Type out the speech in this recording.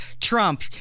Trump